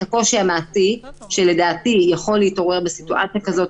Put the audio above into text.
אני מסבירה גם את הקושי המעשי שלדעתי יכול להתעורר בסיטואציה כזאת,